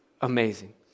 Amazing